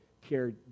care